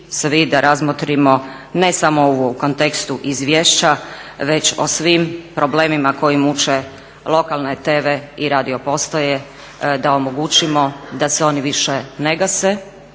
svi da razmotrimo ne samo ovo u kontekstu izvješća, već o svim problemima koji muče lokalne TV i radio postaje, da omogućimo da se oni više ne gase,